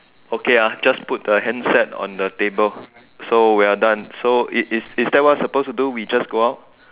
okay ah just put the handset on the table so we are done so is is that what suppose to do we just go out